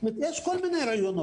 יש כל מיני רעיונות.